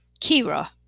Kira